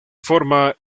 forma